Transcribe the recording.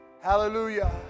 Hallelujah